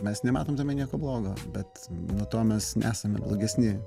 mes nematom tame nieko blogo bet nuo to mes nesame blogesni